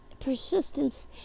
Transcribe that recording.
persistence